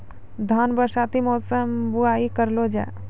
धान बरसाती मौसम बुवाई करलो जा?